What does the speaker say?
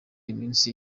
iminsi